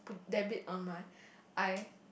dab it on my eye